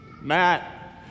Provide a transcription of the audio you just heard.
Matt